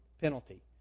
penalty